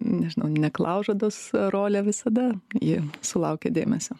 nežinau neklaužados rolė visada ji sulaukia dėmesio